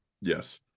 yes